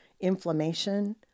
inflammation